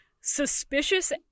suspicious